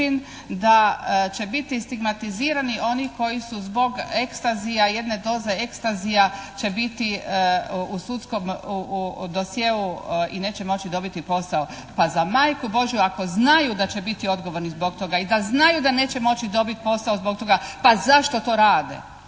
da će biti stigmatizirani oni koji su zbog ekstazija jedne doze ekstazija će biti u sudskom dosjeu i neće moći dobiti posao. Pa za majku Božju, ako znaju da će biti odgovorni zbog toga i da znaju da neće moći dobit posao zbog toga pa zašto to rade?